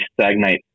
stagnate